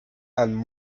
and